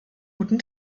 guten